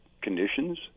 conditions